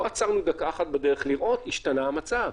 לא עצרנו דקה אחת בדרך לראות השתנה המצב,